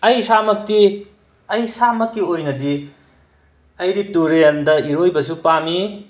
ꯑꯩ ꯏꯁꯥꯃꯛꯇꯤ ꯑꯩ ꯏꯁꯥꯃꯛꯀꯤ ꯑꯣꯏꯅꯗꯤ ꯑꯩꯗꯤ ꯇꯨꯔꯦꯜꯗ ꯏꯔꯣꯏꯕꯁꯨ ꯄꯥꯝꯃꯤ